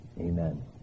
Amen